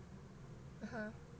(uh huh)